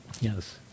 Yes